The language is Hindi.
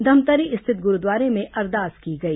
धमतरी स्थित गुरूद्वारे में अरदास की गई